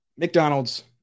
McDonald's